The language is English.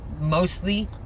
Mostly